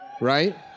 right